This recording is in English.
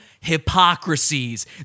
hypocrisies